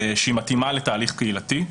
שהיא מתאימה לתהליך קהילתי,